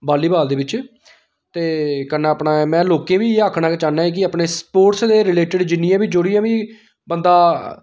volley बाल दे बिच्च ते कन्नै अपना में लोकें गी बी इयै आक्खना चाहन्नां के अपने स्पोर्टस दे रिलेटिड जिन्नियां बी जेहड़ियां बी बंदा